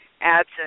adds